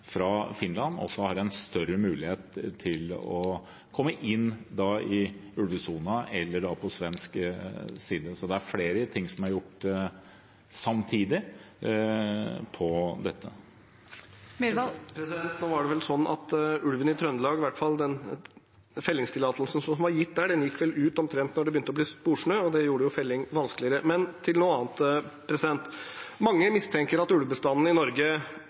fra Finland, også har en større mulighet til å komme inn i ulvesonen, eller på svensk side. Så her er det flere ting som er gjort samtidig. Ole André Myhrvold – til oppfølgingsspørsmål. Nå var det vel sånn med ulven i Trøndelag at den fellingstillatelsen som var gitt der, gikk ut omtrent da det begynte å bli sporsnø, og det gjorde jo felling vanskeligere. Men til noe annet: Mange mistenker at ulvebestanden i Norge